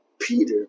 Peter